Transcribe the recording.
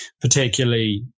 particularly